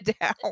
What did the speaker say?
down